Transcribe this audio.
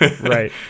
right